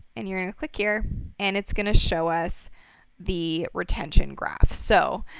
and you're going to click here and it's going to show us the retention graph. so,